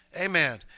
Amen